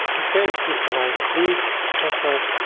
okay. this one, i leave, also.